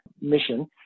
mission